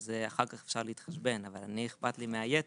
אפשר אחר כך להתחשבן, אבל לי אכפת מ-היתר,